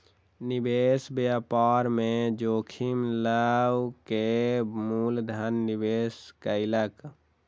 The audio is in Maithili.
निवेशक व्यापार में जोखिम लअ के मूल धन निवेश कयलक